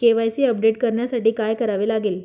KYC update करण्यासाठी काय करावे लागेल?